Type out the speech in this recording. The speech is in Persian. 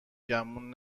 گمون